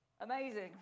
Amazing